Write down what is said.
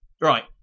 right